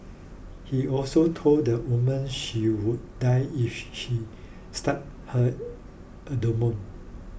he also told the woman she would die if she stabbed her abdomen